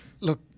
look